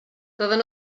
doedden